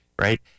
right